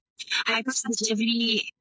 hypersensitivity